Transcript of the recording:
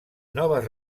noves